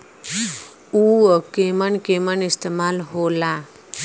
उव केमन केमन इस्तेमाल हो ला?